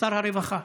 שר הרווחה.